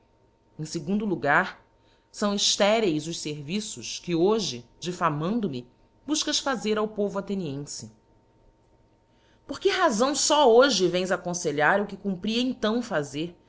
em fegundo logar fão eífereis os ferviços que hoje diffamando me bufcas fazer ao povo athenienfe por que razão fó hoje vens aconfelhar o que cumpria então fazer